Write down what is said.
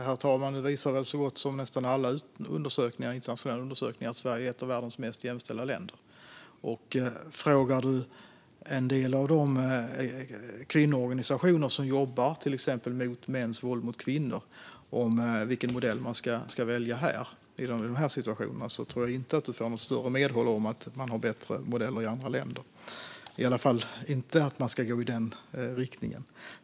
Herr talman! Nästan alla internationella undersökningar visar väl att Sverige är ett av världens mest jämställda länder. Frågar man en del av de kvinnoorganisationer som till exempel jobbar mot mäns våld mot kvinnor vilken modell man ska välja för de här situationerna tror jag inte heller att man får något större medhåll om att det är bättre modeller i andra länder. Svaret blir i alla fall inte att man ska gå i den riktningen.